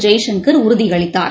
Jaishankar உறுதிஅளித்தார்